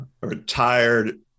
retired